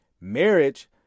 Marriage